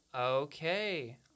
okay